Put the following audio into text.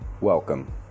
welcome